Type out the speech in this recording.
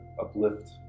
uplift